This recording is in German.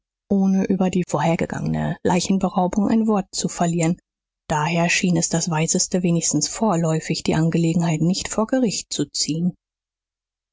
ohne über die vorhergegangene leichenberaubung ein wort zu verlieren daher schien es das weiseste wenigstens vorläufig die angelegenheit nicht vor gericht zu ziehen